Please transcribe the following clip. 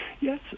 Yes